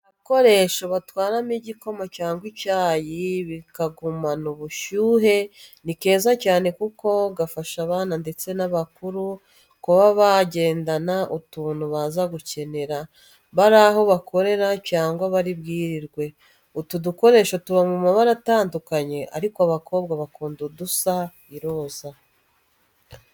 Agakoresho batwaramo igikoma cyangwa icyayi bikagumana ubushyuhe, ni keza cyane kuko gafasha abana ndetse n'abakuru kuba bagendana utuntu baza gukenera, bari aho bakorera cyangwa bari bwiriwe. Utu dukoresha tuba mu mabara atandukanye ariko abakobwa bakunda udusa iroza.